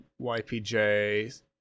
YPJ